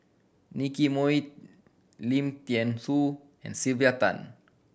Nicky Moey Lim Thean Soo and Sylvia Tan